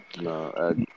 No